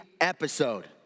episode